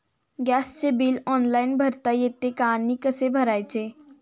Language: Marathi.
गॅसचे बिल ऑनलाइन भरता येते का आणि कसे भरायचे?